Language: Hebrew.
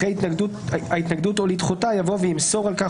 אחרי "ההתנגדות או לדחותה" יבוא "וימסור על כך